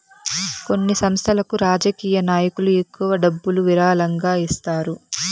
కొన్ని సంస్థలకు రాజకీయ నాయకులు ఎక్కువ డబ్బులు విరాళంగా ఇస్తారు